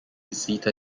zeta